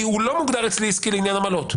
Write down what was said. כי הוא לא מוגדר אצלי עסקי לעניין עמלות,